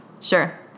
Sure